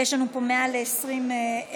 ויש לנו פה מעל 20 חתימות.